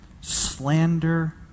slander